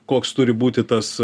koks turi būti tas